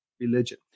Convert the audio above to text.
religion